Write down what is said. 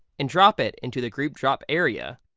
and drop it into the group drop area.